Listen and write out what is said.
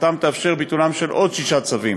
שחקיקתם תאפשר ביטולם של עוד שישה צווים.